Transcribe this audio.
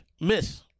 miss